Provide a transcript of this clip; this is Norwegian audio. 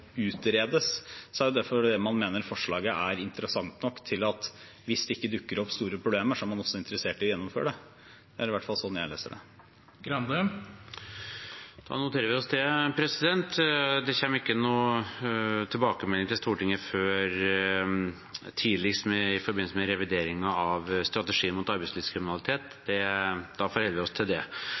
ikke dukker opp store problemer, er man også interessert i å gjennomføre det. Det er i hvert fall sånn jeg leser det. Da noterer vi oss det. Det kommer ikke noen tilbakemelding til Stortinget før tidligst i forbindelse med revideringen av strategien mot arbeidslivskriminalitet, og da forholder vi oss til det.